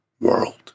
world